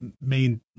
main